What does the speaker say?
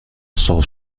سرخ